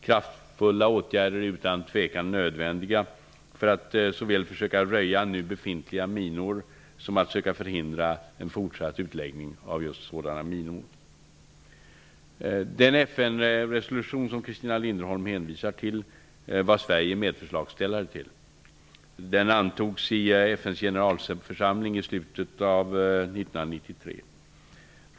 Kraftfulla åtgärder är utan tvekan nödvändiga för att såväl försöka röja nu befintliga minor som söka förhindra en fortsatt utläggning av sådana minor. Den FN-resolution som Christina Linderholm hänvisar till var Sverige medförslagsställare till. 1993.